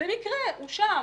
במקרה הוא שם.